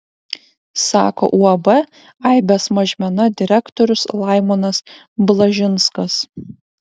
sako uab aibės mažmena direktorius laimonas blažinskas